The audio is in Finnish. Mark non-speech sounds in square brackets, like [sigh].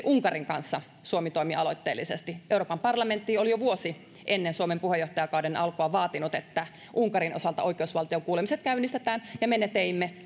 [unintelligible] unkarin kanssa suomi toimi aloitteellisesti euroopan parlamentti oli jo vuosi ennen suomen puheenjohtajakauden alkua vaatinut että unkarin osalta oikeusvaltiokuulemiset käynnistetään ja me sen teimme [unintelligible]